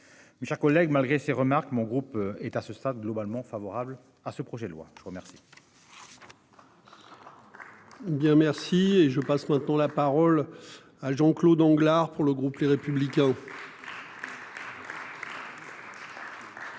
Mes chers collègues. Malgré ses remarques. Mon groupe est à ce stade, globalement favorable à ce projet de loi, je vous remercie.